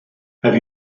have